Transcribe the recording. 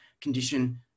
condition